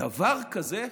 דבר כזה?